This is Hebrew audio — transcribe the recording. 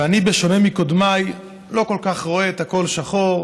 ואני, בשונה מקודמיי, לא כל כך רואה את הכול שחור.